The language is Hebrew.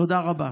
תודה רבה.